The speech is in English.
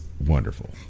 wonderful